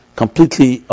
completely